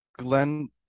Glenn